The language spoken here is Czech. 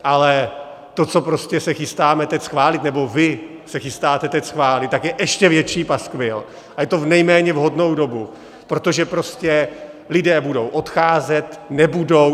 Ale to, co se prostě chystáme teď schválit, nebo vy se chystáte teď schválit, tak je ještě větší paskvil a je to v nejméně vhodnou dobu, protože lidé budou odcházet, nebudou.